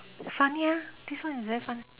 funny this one is very fun